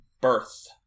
Birth